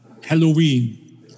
halloween